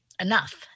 enough